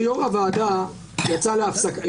שבאמת השימוש בו הוא יחסית נדיר,